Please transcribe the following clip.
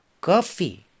Coffee